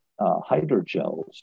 hydrogels